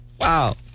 Wow